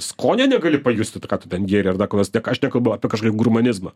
skonio negali pajusti tai ką tu ten gėrei ar dar ko nors ne aš nekalbu apie kažkokį grumanizmą